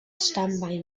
standby